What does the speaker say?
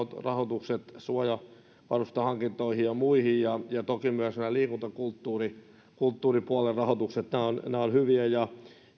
rahoitukset suojavarustehankintoihin ja muihin ja toki myös nämä liikunta kulttuuripuolen rahoitukset ovat hyviä ja